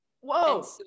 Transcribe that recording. whoa